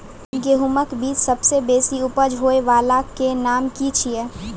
गेहूँमक बीज सबसे बेसी उपज होय वालाक नाम की छियै?